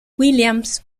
williams